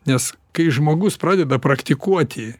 nes kai žmogus pradeda praktikuoti